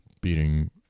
beating